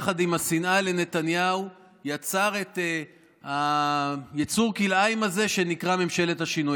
ויחד עם השנאה לנתניהו יצר את יצור הכלאיים הזה שנקרא ממשלת השינוי.